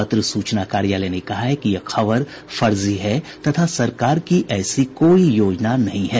पत्र सूचना कार्यालय ने कहा है कि यह खबर फर्जी हैं तथा सरकार की ऐसी कोई योजना नहीं है